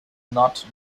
not